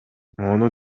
муну